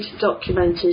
documented